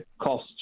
cost